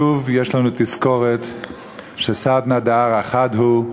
שוב יש לנו תזכורת שסדנא דארעא חד הוא.